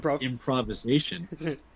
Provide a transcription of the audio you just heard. improvisation